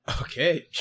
Okay